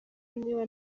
niba